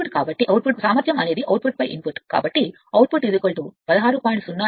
కాబట్టి అవుట్పుట్ 16